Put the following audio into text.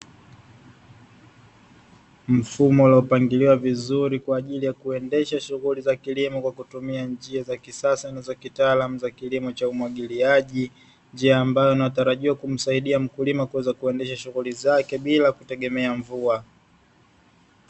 Mfumo uliopangiliwa vizuri kwa ajili ya kuendesha shughuli za kilimo kwa kutumia njia za kisasa na za kitaamu za kilimo cha umwagiliaji, njia ambayo inayotarajiwa kumsaidia mkulima kuweza kuendesha shughuli zake bila kuegemea mvua.